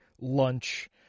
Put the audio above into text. lunch